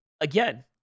again